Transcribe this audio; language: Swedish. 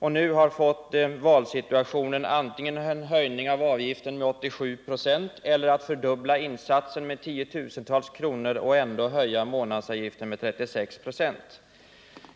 De har nu ställts inför valsituationen att acceptera antingen en höjning av avgiften med 87 96 eller en fördubbling av insatsen — det handlar om 10 000-tals kronor — varvid månadsavgiften skulle höjas med 36 96.